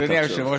אדוני היושב-ראש,